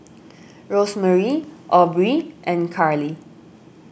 Rosemary Aubrey and Carlie